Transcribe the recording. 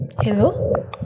Hello